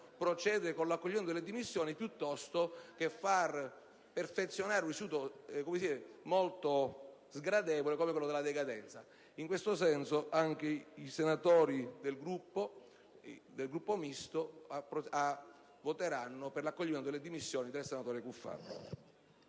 procedere con l'accoglimento delle dimissioni piuttosto che perfezionare un istituto sgradevole qual è quello della decadenza. In questo senso, anche i senatori del mio Gruppo voteranno per l'accoglimento delle dimissioni del senatore Cuffaro.